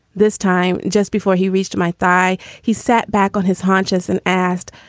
this time just before he reached my thigh. he sat back on his haunches and asked,